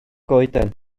goeden